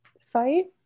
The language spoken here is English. fight